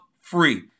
free